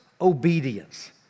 obedience